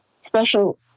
special